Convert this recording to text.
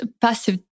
passive